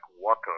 water